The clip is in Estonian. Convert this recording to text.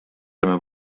oleme